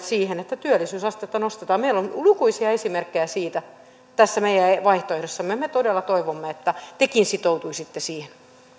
siihen että työllisyysastetta nostetaan meillä on lukuisia esimerkkejä siitä tässä meidän vaihtoehdossamme ja me todella toivomme että tekin sitoutuisitte siihen